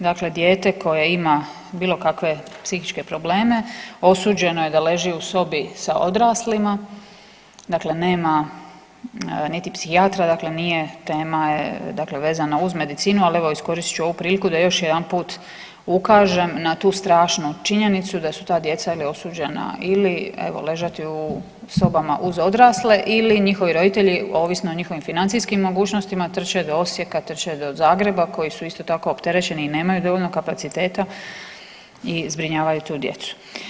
Dakle, dijete koje ima bilo kakve psihičke probleme osuđeno je da leži u sobi sa odraslima, dakle nema niti psihijatra, dakle nije tema je, dakle vezana uz medicinu, ali evo iskoristit ću ovu priliku da još jedanput ukažem na tu strašnu činjenicu da su ta djeca ili osuđena ili evo ležati u sobama uz odrasle ili njihovi roditelji ovisno o njihovim financijskim mogućnostima trče do Osijeka, trče do Zagreba koji su isto tako opterećeni i nemaju dovoljno kapaciteta i zbrinjavaju tu djecu.